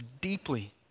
deeply